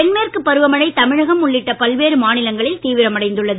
தென்மேற்கு பருவமழை தமிழகம் உள்ளிட்ட பல்வேறு மாநிலங்களில் தீவிரமடைந்துள்ளது